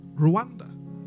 Rwanda